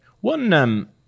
One